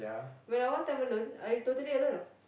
when I want time alone I totally alone ah